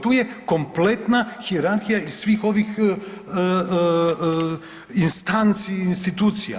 Tu je kompletna hijerarhija iz svih ovih instanci, institucija.